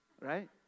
right